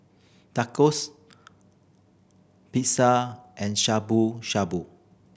Tacos Pizza and Shabu Shabu